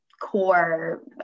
core